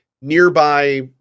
nearby